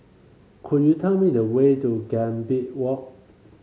could you tell me the way to Gambir Walk